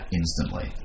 instantly